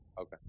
okay